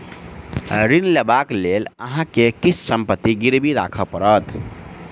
ऋण लेबाक लेल अहाँ के किछ संपत्ति गिरवी राखअ पड़त